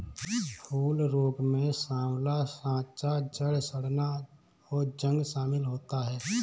फूल रोग में साँवला साँचा, जड़ सड़ना, और जंग शमिल होता है